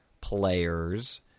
players